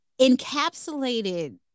encapsulated